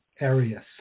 Arius